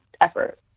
effort